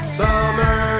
summer